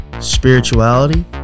spirituality